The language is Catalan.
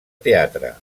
teatre